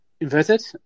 inverted